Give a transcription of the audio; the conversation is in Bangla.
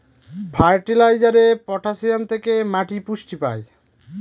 ফার্টিলাইজারে পটাসিয়াম থেকে মাটি পুষ্টি পায়